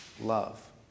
love